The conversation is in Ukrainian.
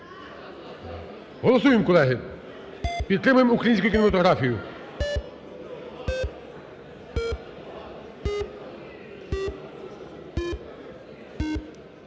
Голосуємо, колеги, підтримуємо українську кінематографію.